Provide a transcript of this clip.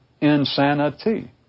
insanity